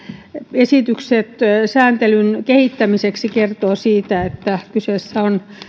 esitykset sääntelyn kehittämiseksi kertovat siitä että kyseessä on